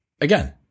Again